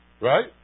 Right